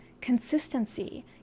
consistency